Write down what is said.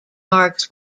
marks